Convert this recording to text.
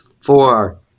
four